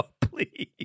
please